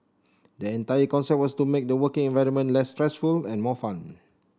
the entire concept was to make the working environment less stressful and more fun